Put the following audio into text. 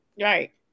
right